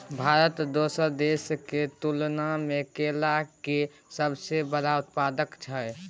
भारत दोसर देश के तुलना में केला के सबसे बड़ उत्पादक हय